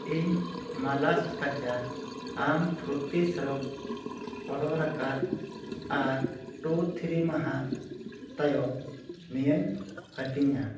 ᱤᱧ ᱢᱟᱞᱟᱥ ᱠᱟᱪᱟ ᱟᱢ ᱯᱷᱨᱩᱴᱤ ᱚᱰᱟᱨ ᱟᱠᱟᱫ ᱟᱨ ᱴᱩ ᱛᱷᱨᱤ ᱢᱟᱦᱟ ᱛᱟᱭᱚᱢ ᱱᱤᱭᱟᱹᱧ ᱦᱟᱹᱴᱤᱧᱟ